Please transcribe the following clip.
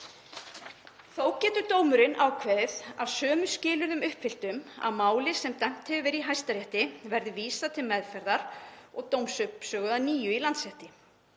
Þó getur dómurinn ákveðið að sömu skilyrðum uppfylltum að máli sem dæmt hefur verið í Hæstarétti verði vísað til meðferðar og dómsuppsögu að nýju í Landsrétti.